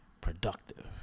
productive